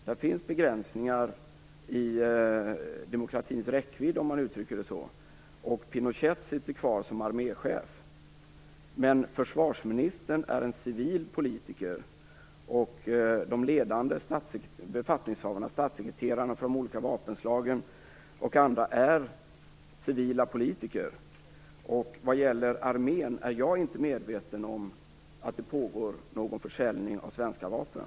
Där finns begränsningar i demokratins räckvidd, om man uttrycker det så, och Pinochet sitter kvar som arméchef. Men försvarsministern är en civil politiker liksom de ledande befattningshavarna, statssekreterarna för de olika vapenslagen och andra. Vad gäller armén är jag inte medveten om att det pågår någon försäljning av svenska vapen.